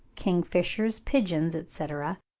kingfishers, pigeons, etc,